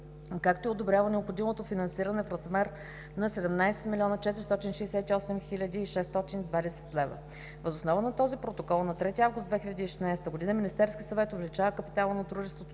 както и одобрява необходимото финансиране в размер на 17 млн. 468 хил. 620 лв. Въз основа на този протокол на 3 август 2016 г. Министерският съвет увеличава капитала на дружеството